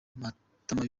matama